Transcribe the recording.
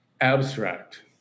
abstract